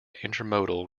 intermodal